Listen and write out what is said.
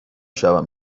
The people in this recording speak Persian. شوم